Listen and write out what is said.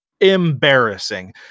embarrassing